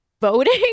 voting